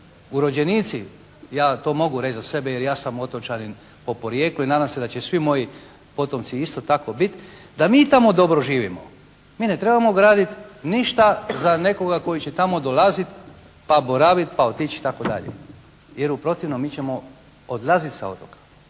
urođenici, ja to mogu reći za sebe jer ja sam otočanin po porijeklu i nadam se da će svi moji potomci isto tako bit, da mi tamo dobro živimo. Mi ne trebamo gradit ništa za nekoga tko će tamo dolazit, pa boravit, pa otići itd., jer u protivnom mi ćemo odlazit sa otoka.